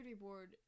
board